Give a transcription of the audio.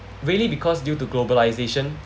really because due to globalisation